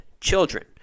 children